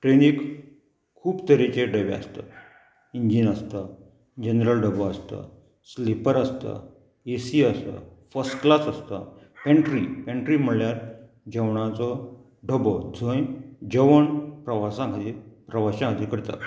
ट्रेनीक खूब तरेचे डबे आसतात इंजीन आसता जनरल डबो आसता स्लीपर आसता एसी आसता फर्स्ट क्लास आसता एन्ट्री पेंट्री म्हणल्यार जेवणाचो डबो जंय जेवण प्रवासा खातीर प्रवाशा खातीर करतात